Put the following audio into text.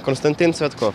konstantin svetkov